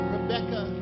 Rebecca